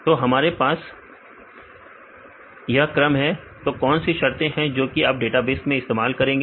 तो हमारे पास यह क्रम है तो कौन सी शर्तें हैं जो कि आप डेटाबेस में इस्तेमाल करेंगे